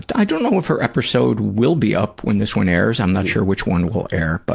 i don't know if her episode will be up when this one airs. i'm not sure which one will air but